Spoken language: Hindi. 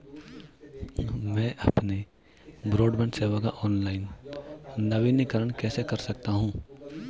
मैं अपनी ब्रॉडबैंड सेवा का ऑनलाइन नवीनीकरण कैसे कर सकता हूं?